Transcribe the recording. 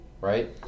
Right